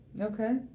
Okay